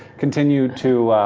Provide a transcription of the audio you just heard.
vcontinue to,